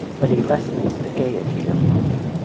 but he lessens the gayety of life.